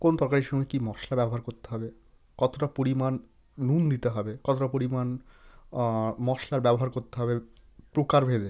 কোন তরকারির সঙ্গে কী মশলা ব্যবহার করতে হবে কতটা পরিমাণ নুন দিতে হবে কতটা পরিমাণ মশলার ব্যবহার করতে হবে প্রকারভেদে